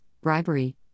bribery